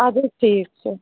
اد حظ ٹھیٖک چھُ